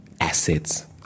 assets